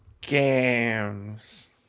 Games